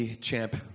champ